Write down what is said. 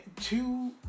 two